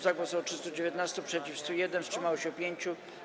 Za głosowało 319, przeciw - 101, wstrzymało się 5.